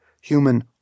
human